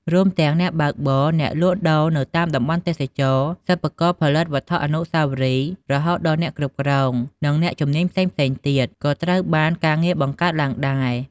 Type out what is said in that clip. រួមទាំង អ្នកបើកបរ អ្នកលក់ដូរនៅតាមតំបន់ទេសចរណ៍ សិប្បករផលិតវត្ថុអនុស្សាវរីយ៍ រហូតដល់អ្នកគ្រប់គ្រង និងអ្នកជំនាញផ្សេងៗទៀតក៏ត្រូវបានការងារបង្កើតឡើងដែរ។